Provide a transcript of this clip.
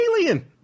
alien